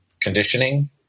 conditioning